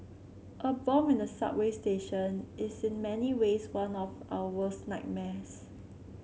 a bomb in the subway station is in many ways one of our worst nightmares